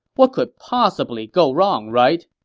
what could possibly go wrong, right?